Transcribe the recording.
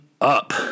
up